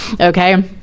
Okay